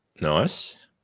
Nice